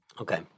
Okay